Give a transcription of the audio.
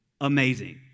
Amazing